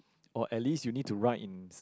or at least you need to write in